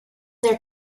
their